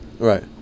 Right